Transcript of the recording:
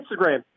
Instagram